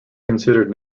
considered